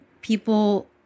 people